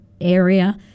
area